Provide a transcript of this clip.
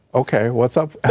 okay, what's up